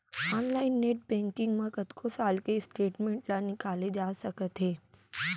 online net banking म कतको साल के स्टेटमेंट ल निकाले जा सकत हे